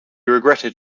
regretted